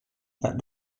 that